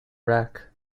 rack